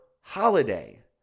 holiday